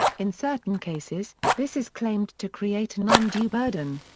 in certain cases, this is claimed to create an undue burden.